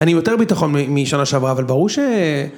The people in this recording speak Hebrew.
אני עם יותר ביטחון משנה שעברה, אבל ברור ש...